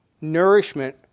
nourishment